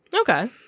okay